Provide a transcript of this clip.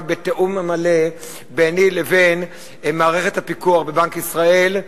בתיאום מלא ביני לבין מערכת הפיקוח בבנק ישראל,